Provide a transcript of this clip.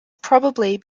probably